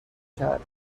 کرد